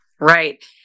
right